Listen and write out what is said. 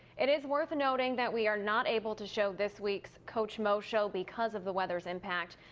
it is worth noting that we are not able to show this week's coach mo show because of the weather's impact.